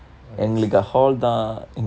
!wah! that's